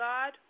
God